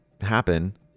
happen